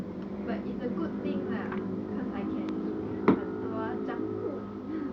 but it's a good thing lah cause I can eat 很多 junk food